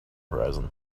horizon